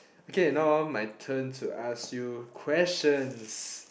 okay now my turn to ask you questions